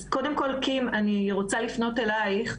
קודם כל, קים, אני רוצה לפנות אלייך.